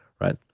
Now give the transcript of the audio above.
right